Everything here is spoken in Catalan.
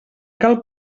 cal